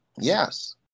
Yes